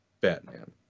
Batman